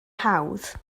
hawdd